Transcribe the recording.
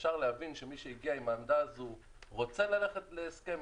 ואפשר להבין שמי שהגיע עם העמדה הזו לא רוצה ללכת להסכם,